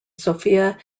sophia